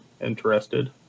interested